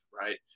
Right